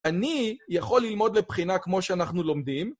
אני יכול ללמוד לבחינה כמו שאנחנו לומדים...